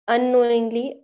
Unknowingly